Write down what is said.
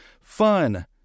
Fun